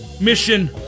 Mission